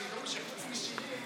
שידעו שחוץ משירים